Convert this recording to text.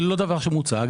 זה לא דבר שמוצג.